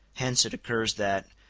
hence it occurs that,